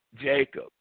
Jacob